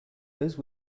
those